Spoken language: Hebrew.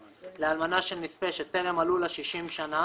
(ד) לאלמנה של נספה שטרם מלאו לה 60 שנה